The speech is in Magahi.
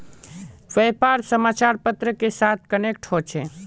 व्यापार समाचार पत्र के साथ कनेक्ट होचे?